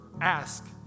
ask